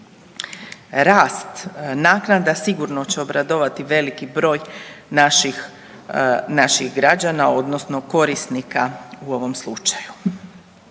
Rast naknada sigurno će obradovati veliki broj naših građana, odnosno korisnika u ovom slučaju.